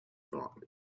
thought